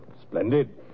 Splendid